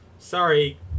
Sorry